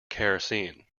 kerosene